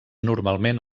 normalment